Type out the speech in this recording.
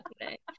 today